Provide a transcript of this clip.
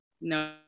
no